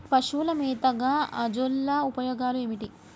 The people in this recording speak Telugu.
పశువుల మేతగా అజొల్ల ఉపయోగాలు ఏమిటి?